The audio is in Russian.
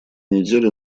неделе